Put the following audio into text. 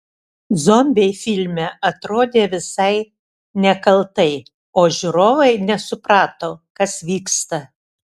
zombiai filme atrodė visai nekaltai o žiūrovai nesuprato kas vyksta